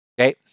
Okay